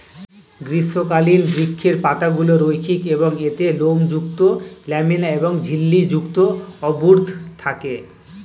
গ্রীষ্মকালীন বৃক্ষের পাতাগুলি রৈখিক এবং এতে লোমযুক্ত ল্যামিনা এবং ঝিল্লি যুক্ত অর্বুদ থাকে